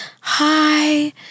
hi